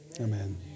Amen